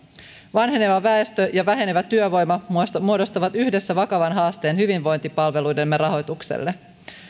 vanheneva väestö ja vähenevä työvoima muodostavat yhdessä vakavan haasteen hyvinvointipalveluidemme rahoitukselle